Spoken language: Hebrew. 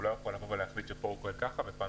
הוא לא יכול להחליט שפה הוא פועל כך ופה